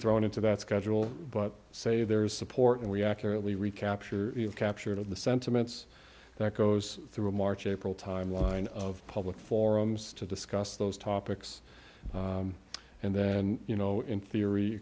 thrown into that schedule but say there is support and we accurately recapture captured of the sentiments that goes through march april timeline of public forums to discuss those topics and then you know in theory